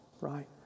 right